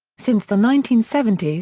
since the nineteen seventy s,